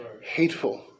hateful